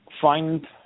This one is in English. find